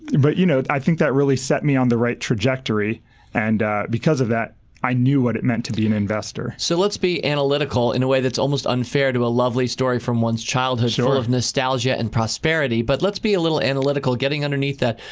but you know i think that really set me on the right trajectory and because of that i knew what it meant to be an investor. gardner so let's be analytical in a way that's almost unfair to a lovely story from one's childhood full of nostalgia and prosperity. but let's be a little analytical getting underneath that.